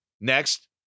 Next